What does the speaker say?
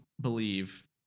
believe